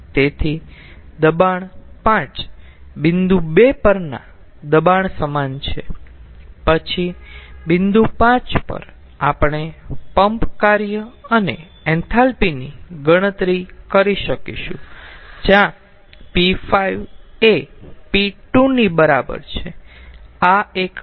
તેથી દબાણ 5 બિંદુ 2 પરના દબાણ સમાન છે પછી બિંદુ 5 પર આપણે પંપ કાર્ય અને એન્થાલ્પી ની ગણતરી કરી શકીશું જ્યાં p5 એ p2 ની બરાબર છે